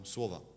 Słowa